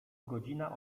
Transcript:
godzina